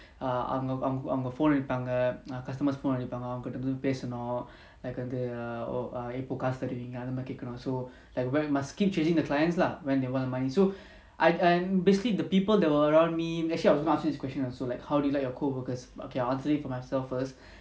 err I'm I'm on the phone with அடிப்பாங்க:adipanga err customer's phone அடிப்பாங்கஅவங்ககிட்டபேசணும்:adipanga avangakita pesanum like வந்துஎப்போகாசுதருவீங்கஅந்தமாதிரிகேட்கணும்:vandhu epo kaasu tharuveenga andha madhiri ketkanum oh err so like what must keep chasing the clients lah when they want money so I and basically the people that were around me actually I was about to ask you this question also like how do you like your coworkers okay I'll answer for myself